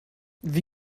wie